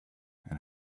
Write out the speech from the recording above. and